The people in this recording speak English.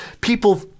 people